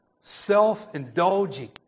Self-indulging